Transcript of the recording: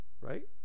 Right